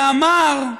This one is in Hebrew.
שאמר,